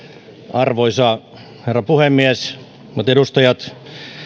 arvoisa herra puhemies hyvät edustajat